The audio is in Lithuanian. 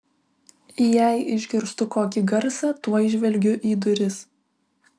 jei išgirstu kokį garsą tuoj žvelgiu į duris